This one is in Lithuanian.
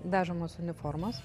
dažomos uniformos